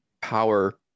power